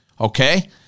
Okay